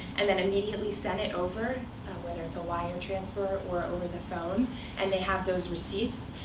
and then immediately sent it over whether it's a wire transfer or over the phone and they have those receipts,